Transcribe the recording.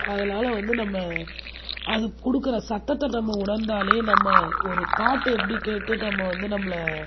அதனாலே வந்து நம்ம அது கொடுக்குற சத்தத்தை நம்ம உணர்ந்தாலே நம்ம ஒரு பாட்டு எப்படி கேட்டு நம்ம வந்து நம்மளை